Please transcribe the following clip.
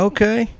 Okay